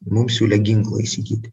mum siūlė ginklą įsigyti